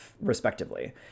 respectively